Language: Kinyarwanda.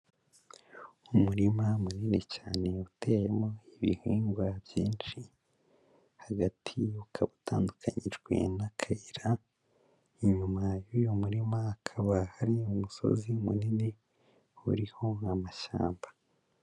Umurima munini cyane uteyemo ibihingwa byinshi, hagati ukaba utandukanijwe n'akayira, inyuma y'uyu murima hakaba hari umusozi munini uriho amashyamba.